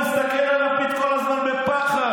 הוא מסתכל על לפיד כל הזמן בפחד.